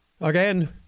again